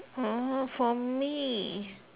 oh for me